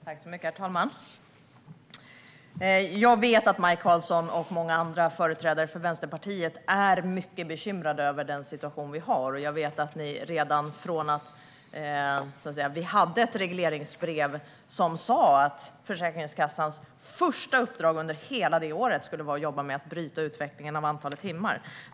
Herr talman! Jag vet att Maj Karlsson och många andra företrädare för Vänsterpartiet är mycket bekymrade över den situation vi har och över det regleringsbrev som sa att Försäkringskassans första uppdrag under året skulle vara att jobba med att bryta utvecklingen av antalet timmar.